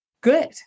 good